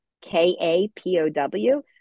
K-A-P-O-W